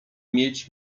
mieć